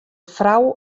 frou